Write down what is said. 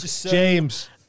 james